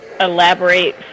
elaborate